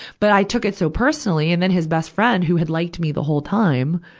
but i took it so personally. and then his best friend, who had liked me the whole time,